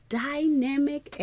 dynamic